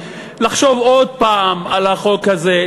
לחשוב עוד פעם על החוק הזה.